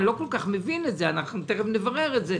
אני לא כל כך מבין את זה, תיכף נברר את זה,